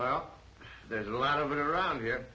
well there's a lot of that around here